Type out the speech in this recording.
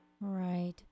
Right